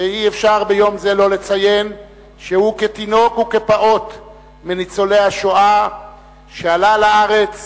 שאי-אפשר ביום זה לא לציין שהוא כתינוק וכפעוט מניצולי השואה עלה לארץ